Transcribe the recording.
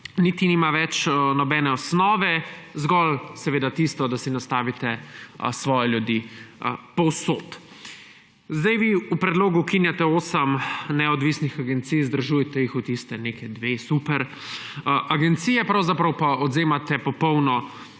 niti nima več nobene osnove, zgolj seveda tisto, da si nastavite svoje ljudi povsod. V predlogu ukinjate osem neodvisnih agencij, združujete jih v tisti neki dve superagenciji, pravzaprav pa odvzemate popolno